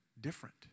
different